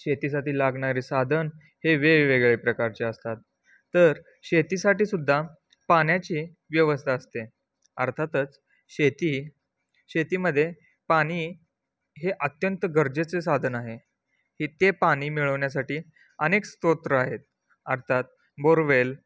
शेतीसाठी लागणारे साधन हे वेगवेगळे प्रकारचे असतात तर शेतीसाठी सुद्धा पाण्याची व्यवस्था असते अर्थातच शेती शेतीमध्ये पाणी हे अत्यंत गरजेचे साधन आहे ही ते पाणी मिळवण्यासाठी अनेक स्रोत आहेत अर्थात बोरवेल